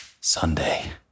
Sunday